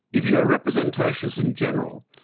if you're a representationalist in general,